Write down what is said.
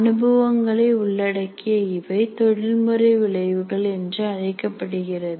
அனுபவங்களை உள்ளடக்கிய இவை தொழில்முறை விளைவுகள் என்றும் அழைக்கப்படுகிறது